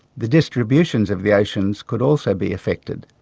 the distribution of the oceans could also be affected,